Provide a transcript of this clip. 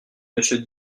monsieur